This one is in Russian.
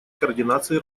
координации